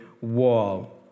wall